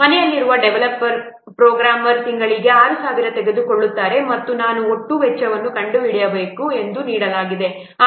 ಮನೆಯಲ್ಲಿರುವ ಡೆವಲಪರ್ಗಳು ಪ್ರೋಗ್ರಾಮರ್ ತಿಂಗಳಿಗೆ 6000 ತೆಗೆದುಕೊಳ್ಳುತ್ತಾರೆ ಮತ್ತು ನಾನು ಒಟ್ಟು ವೆಚ್ಚವನ್ನು ಕಂಡುಹಿಡಿಯಬೇಕು ಎಂದು ನೀಡಲಾಗಿದೆ